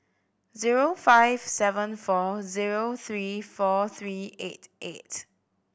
zero five seven four zero three four three eight eight